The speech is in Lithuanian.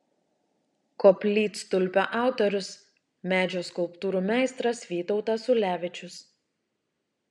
koplytstulpio autorius medžio skulptūrų meistras vytautas ulevičius